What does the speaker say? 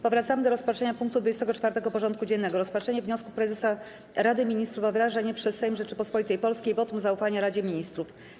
Powracamy do rozpatrzenia punktu 24. porządku dziennego: Rozpatrzenie wniosku Prezesa Rady Ministrów o wyrażenie przez Sejm Rzeczypospolitej Polskiej wotum zaufania Radzie Ministrów.